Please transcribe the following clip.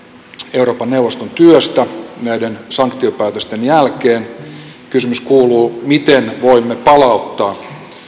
euroopan neuvoston työstä näiden sanktiopäätösten jälkeen kysymys kuuluu miten voimme palauttaa